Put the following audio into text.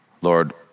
Lord